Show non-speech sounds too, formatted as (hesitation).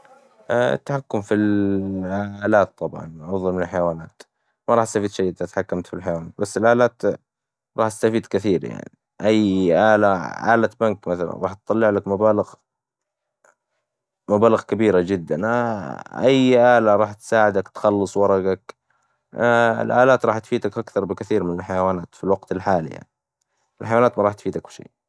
التحكم في (hesitation) آلات طبعاً، أفظل من الحيوانات ، ما راح استفيد شي إذا انت اتحكمت في الحيوانات، بس الآلات، راح استفيد كثير يعني، أي آلة (unintelligible) راح تطلعلك مبالغ، مبالغ كبيرة جداً، أي آلة راح تساعدك تخلص ورقك، الآلات راح تفيدك أكثر بكثير من الحيوانات في الوقت الحالي يعني, الحيوانات ما راح تفيدك بشي.